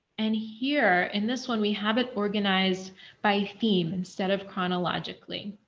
and here in this one we have it organized by theme instead of chronologically.